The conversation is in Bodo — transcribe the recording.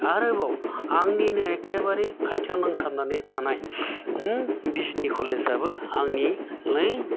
आरोबाव आंनिनो एकेबारे खाथियाव नांथाबनानै थानाय बिजनि कलेजा बो आंनि नै